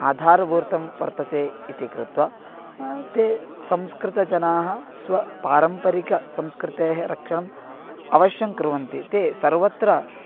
आधारभूतं वर्तते इति कृत्वा ते संस्कृतजनाः स्वपारम्परिकसंस्कृतेः रक्षणम् अवश्यं कुर्वन्ति ते सर्वत्र